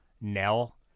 Nell